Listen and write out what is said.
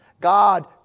God